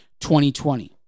2020